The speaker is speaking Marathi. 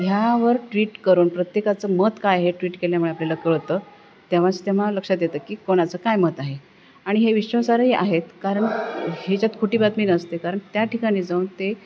ह्यावर ट्वीट करून प्रत्येकाचं मत काय हे ट्वीट केल्यामुळे आपल्याला कळतं तेव्हाच तेव्हा लक्षात देतं की कोणाचं काय मत आहे आणि हे विश्वासार्हही आहेत कारण ह्याच्यात खोटी बातमी नसते कारण त्या ठिकाणी जाऊन ते